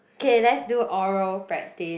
K let's do oral practice